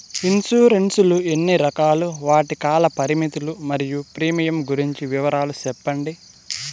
Insurance లు ఎన్ని రకాలు? వాటి కాల పరిమితులు మరియు ప్రీమియం గురించి వివరాలు సెప్పండి?